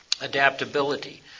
Adaptability